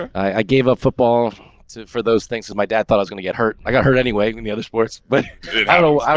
i gave up football for those things that my dad thought i was gonna get hurt. i got hurt anyway when the other sports, but i